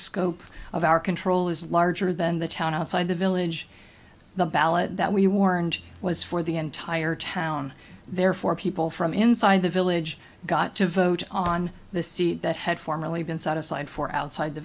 scope of our control is larger than the town outside the village the ballot that we warned was for the entire town therefore people from inside the village got to vote on the seat that had formerly been set aside for outside the